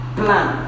plan